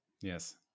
yes